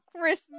Christmas